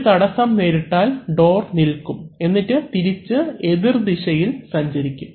ഒരു തടസ്സം നേരിട്ടാൽ ഡോർ നിൽക്കും എന്നിട്ട് തിരിച്ച് എതിർദിശയിൽ സഞ്ചരിക്കും